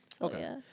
Okay